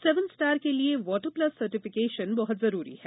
seven star के लिए water plus certification बहुत जरूरी है